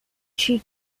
she